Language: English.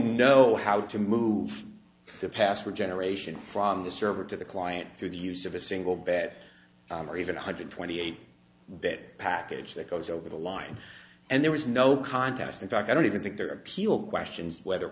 know how to move the password generation from the server to the client through the use of a single bat or even one hundred twenty eight bit package that goes over the line and there was no contest in fact i don't even think their appeal questions whether